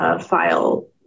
file